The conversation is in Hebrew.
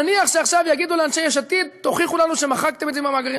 נניח שעכשיו יגידו לאנשי יש עתיד: תוכיחו לנו שמחקתם את זה מהמאגרים.